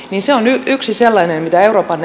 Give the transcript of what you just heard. se on yksi sellainen mitä euroopan